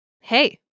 Hey